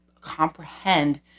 comprehend